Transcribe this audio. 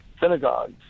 synagogues